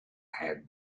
have